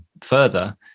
further